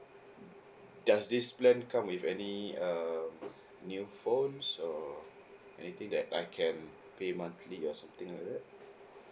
does this plan come with any err new phones or anything that I can pay monthly or something like that